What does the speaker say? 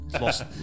lost